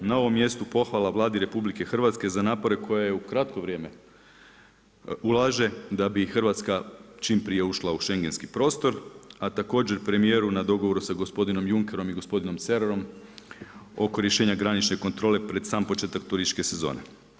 Na ovom mjestu pohvala Vladi RH za napore koje je u kratko vrijeme ulaže da bi Hrvatska čim prije ušla u Schengenski prostor, a također premijeru na dogovoru sa gospodinom Junckerom i gospodinom Cerarom oko rješenja granične kontrole pred sam početak turističke sezone.